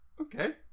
Okay